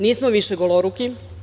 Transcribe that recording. Nismo više goloruki.